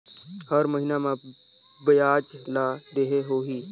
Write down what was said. हर महीना मा ब्याज ला देहे होही?